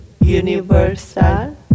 Universal